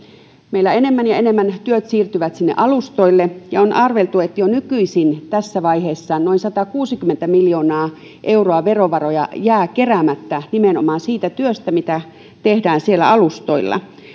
meillä enemmän ja enemmän työt siirtyvät sinne alustoille ja on arveltu että jo nykyisin tässä vaiheessa noin satakuusikymmentä miljoonaa euroa verovaroja jää keräämättä nimenomaan siitä työstä mitä tehdään siellä alustoilla